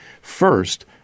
First